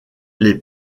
les